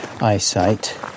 eyesight